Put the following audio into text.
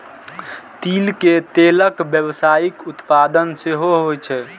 तिल के तेलक व्यावसायिक उत्पादन सेहो होइ छै